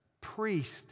priest